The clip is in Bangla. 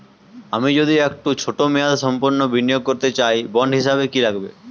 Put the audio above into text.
আমি যদি একটু ছোট মেয়াদসম্পন্ন বিনিয়োগ করতে চাই বন্ড হিসেবে কী কী লাগবে?